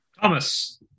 Thomas